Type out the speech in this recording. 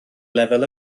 lefel